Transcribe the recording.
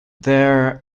there